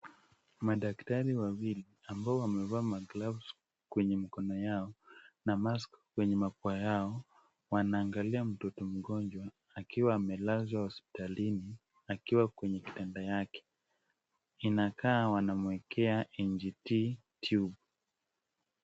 Madaktari wawili ambao wamevaa magloves kwenye mkono yao na mask kwenye mapua yao wanaangalia mtoto mgonjwa akiwa amelazwa hospitalini akiwa kwenye kitanda yake. Inakaa wanamwekea NGT tube